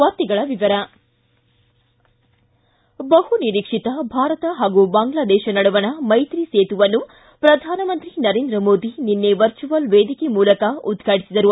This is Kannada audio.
ವಾರ್ತೆಗಳ ವಿವರ ಬಹುನಿರೀಕ್ಷಿತ ಭಾರತ ಹಾಗೂ ಬಾಂಗ್ಲಾದೇಶ ನಡುವಣ ಮೈತ್ರಿ ಸೇತುವನ್ನು ಪ್ರಧಾನಮಂತ್ರಿ ನರೇಂದ್ರ ಮೋದಿ ನಿನ್ನೆ ವರ್ಚುವಲ್ ವೇದಿಕೆ ಮೂಲಕ ಉದ್ವಾಟಿಸಿದರು